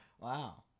Wow